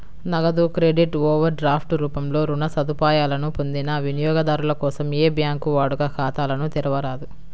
నగదు credit, overdraft రూపంలో రుణ సదుపాయాలను పొందిన వినియోగదారుల కోసం ఏ బ్యాంకూ వాడుక ఖాతాలను తెరవరాదు